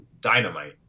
dynamite